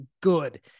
good